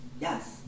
Yes